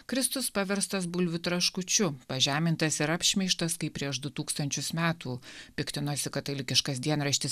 kristus paverstas bulvių traškučiu pažemintas ir apšmeižtas kaip prieš du tūkstančius metų piktinosi katalikiškas dienraštis